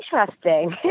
interesting